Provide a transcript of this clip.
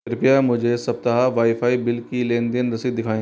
कृपया मुझे सप्ताह वाईफाई बिल की लेन देन रसीद दिखाएँ